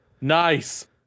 Nice